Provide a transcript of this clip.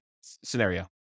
scenario